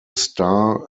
star